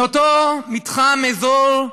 מאותו מתחם, אזור,